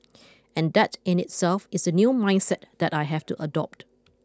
and that in itself is a new mindset that I have to adopt